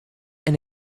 and